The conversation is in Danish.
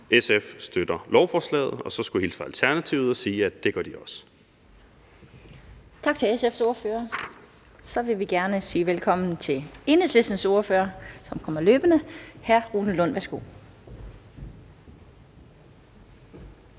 SF støtter lovforslaget, og så skulle jeg hilse fra Alternativet og sige, at det gør de også. Kl. 12:52 Den fg. formand (Annette Lind): Tak til SF's ordfører. Så vil vi gerne sige velkommen til Enhedslistens ordfører, som kommer løbende. Hr. Rune Lund, værsgo.